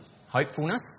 Hopefulness